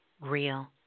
real